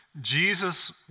Jesus